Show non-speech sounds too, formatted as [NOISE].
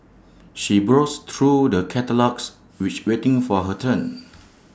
she browsed through the catalogues which waiting for her turn [NOISE]